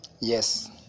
Yes